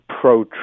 pro